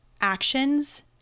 actions